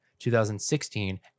2016